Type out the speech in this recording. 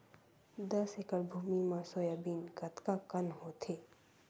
दस एकड़ भुमि म सोयाबीन कतका कन होथे?